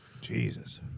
Jesus